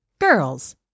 Girls